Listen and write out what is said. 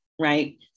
right